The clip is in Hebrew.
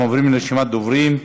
אנחנו עוברים לרשימת הדוברים: